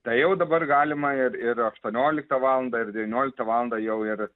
tai jau dabar galima ir ir aštuonioliktą valandą ir devynioliktą valandą jau ir